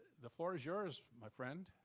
the floor is yours, my friend.